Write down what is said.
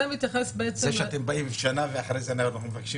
זה שאתם באים עם שנה ואחרי אנחנו מבקשים